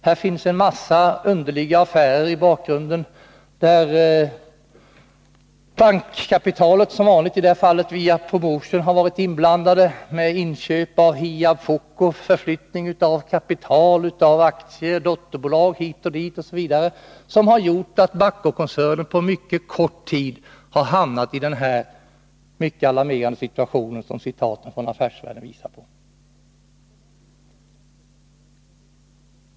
Här finns en massa underliga affärer i bakgrunden där bankkapitalet som vanligt, i det här fallet via Promotion, har varit inblandat med inköp av Hiab-Foco, förflyttning av kapital, aktier, dotterbolag osv. Detta har gjort att Bahcokoncernen på mycket kort tid har hamnat i den mycket alarmerande situation som citatet från Affärsvärlden visar på.